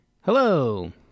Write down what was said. hello